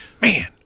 man